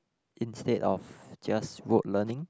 instead of just word learning